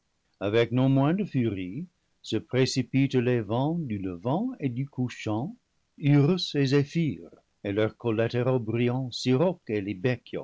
avec non moins de furie se précipitent les vents du levant et du couchant eurus et zéphire et leurs collatéraux